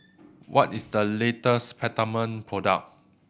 what is the latest Peptamen product